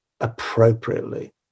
appropriately